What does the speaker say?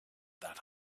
that